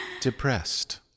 depressed